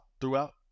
throughout